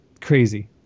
Crazy